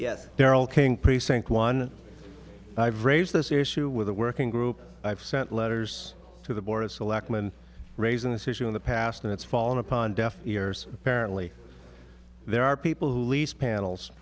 yes daryl king precinct one i've raised this issue with a working group i've sent letters to the board of selectmen raising this issue in the past and it's fallen upon deaf ears apparently there are people who lease panels